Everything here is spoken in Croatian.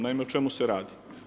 Naime o čemu se radi?